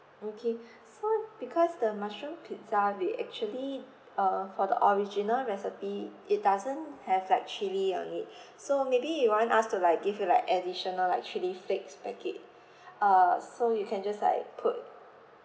okay so because the mushroom pizza we actually uh for the original recipe it doesn't have like chili on it so maybe you want us to like give you like additional like chili flakes packet uh so you can just like put